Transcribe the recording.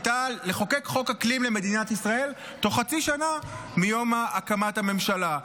הייתה לחוקק חוק אקלים למדינת ישראל תוך חצי שנה מיום הקמת הממשלה.